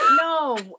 No